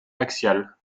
axiale